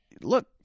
look